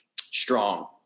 strong